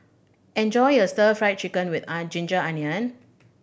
enjoy your Stir Fried Chicken with ginger onion